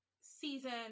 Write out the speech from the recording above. season